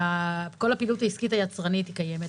וכל הפעילות העסקית היצרנית הקיימת.